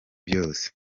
byose